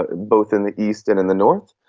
ah both in the east and in the north,